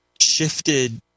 shifted